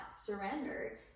surrender